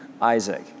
Isaac